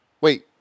Wait